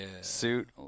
suit